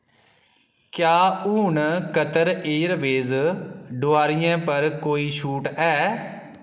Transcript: क्या हून Qatar airways डोआरियें पर कोई छूट ऐ